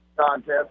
contest